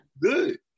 Good